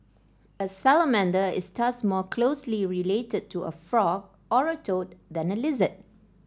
a salamander is thus more closely related to a frog or a toad than a lizard